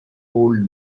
old